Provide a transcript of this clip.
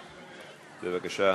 בבקשה.